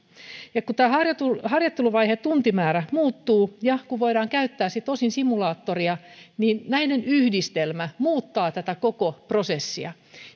kun tämän harjoitteluvaiheen tuntimäärä muuttuu ja kun voidaan käyttää osin simulaattoria niin näiden yhdistelmä muuttaa tätä koko prosessia